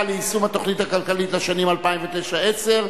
ליישום התוכנית הכלכלית לשנים 2009 ו-2010)